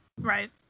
right